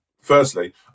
Firstly